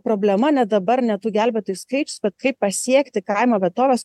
problema ne dabar ne tų gelbėtojų skaičius bet kaip pasiekti kaimo vietoves